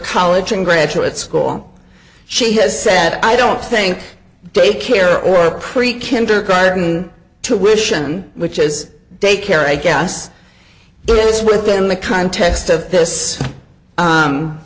college and graduate school she has said i don't think they care or pre kindergarten to wish on which is daycare i guess it is within the context of this